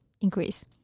increase